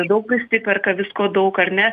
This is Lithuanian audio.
daug prisiperka visko daug ar ne